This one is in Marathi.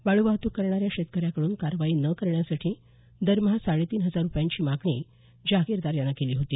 वाळू वाहतूक करणाऱ्या शेतकऱ्याकडून कारवाई न करण्यासाठी दरमहा साडेतीन हजार रूपयांची मागणी जाहागिरदार यानं केली होती